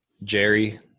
Jerry